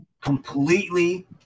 completely